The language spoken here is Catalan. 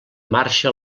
marxa